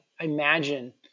imagine